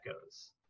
goes